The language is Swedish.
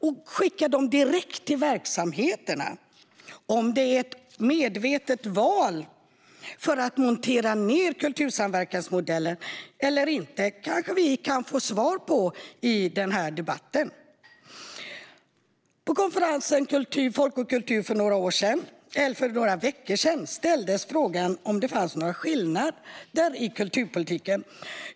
Om det är ett medvetet val för att montera ned kultursamverkansmodellen eller inte kan vi kanske få svar på i denna debatt. På konferensen Folk och Kultur för några veckor sedan ställdes frågan om det finns några stora skillnader i kulturpolitiken.